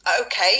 okay